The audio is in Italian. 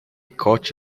coach